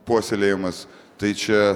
puoselėjamas tai čia